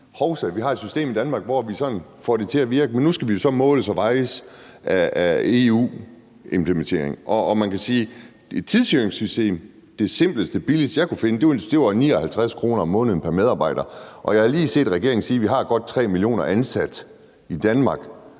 hovsa, vi har et system i Danmark, hvor vi sådan får det til at virke, men nu skal vi så måles og vejes på grund af en EU-implementering. I forhold til et tidsregistreringssystem var det billigste og mest simple, jeg kunne finde, et, der kostede 59 kr. om måneden pr. medarbejder, og jeg har lige hørt regeringen sige, at vi har godt 3 millioner ansat i Danmark,